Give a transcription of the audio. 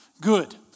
Good